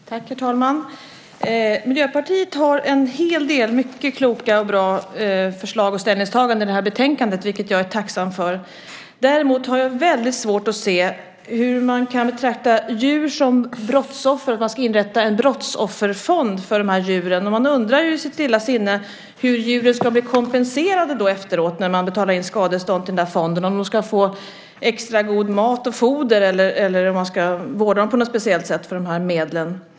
Herr talman! Miljöpartiet har en hel del mycket kloka och bra förslag och ställningstaganden i detta betänkande, vilket jag är tacksam för. Däremot har jag väldigt svårt att se hur man kan betrakta djur som brottsoffer och vilja inrätta en brottsofferfond för dessa djur. Man undrar i sitt stilla sinne hur djuren ska bli kompenserade efteråt när skadestånd har betalats in till fonden, om de ska få extra gott foder eller om de ska vårdas på något speciellt sätt för dessa medel.